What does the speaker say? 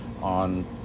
on